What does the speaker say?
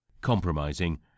compromising